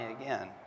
again